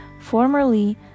Formerly